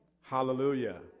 Hallelujah